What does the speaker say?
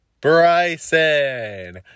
Bryson